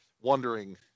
wondering